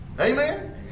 Amen